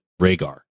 Rhaegar